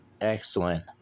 Excellent